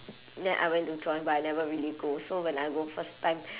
then I went to join but I never really go so when I go first time